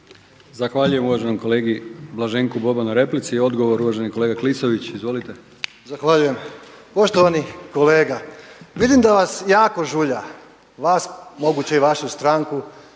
Zahvaljujem uvaženom kolegi Blaženku Bobanu na replici. Odgovor, uvaženi kolega Klisović. **Klisović, Joško (SDP)** Zahvaljujem. Poštovani kolega, vidim da vas jako žulja, vas moguće i vašu stranku